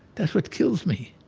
that's what kills me.